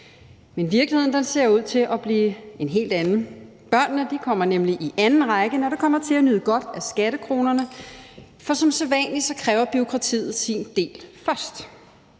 Men virkeligheden ser ud til at blive en helt anden. Børnene kommer nemlig i anden række, når det kommer til at nyde godt af skattekronerne, for som sædvanlig kræver bureaukratiet sin del først.